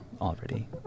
already